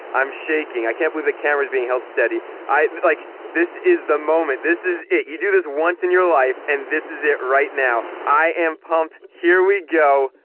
i'm shaking. i can't believe the cameras being held steady i like this is the moment. this is it you do this once in your life and this is it right now i am pumped. here we go.